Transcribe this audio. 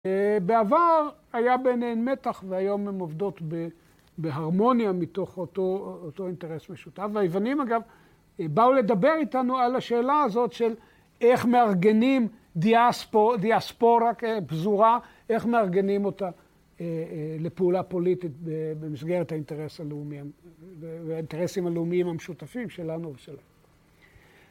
‫בעבר היה ביניהן מתח, והיום ‫הן עובדות בהרמוניה ‫מתוך אותו אינטרס משותף. ‫והיוונים, אגב, באו לדבר איתנו ‫על השאלה הזאת של ‫איך מארגנים דיאספורה פזורה, ‫איך מארגנים אותה לפעולה פוליטית ‫במסגרת האינטרסים הלאומיים ‫המשותפים שלנו ושלהם.